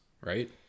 right